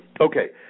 Okay